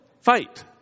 fight